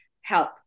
help